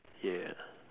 yeah